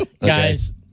guys